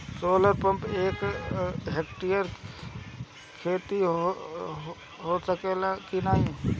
Solar pump से एक hectare क खेती हो सकेला की नाहीं?